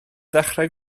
ddechrau